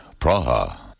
Praha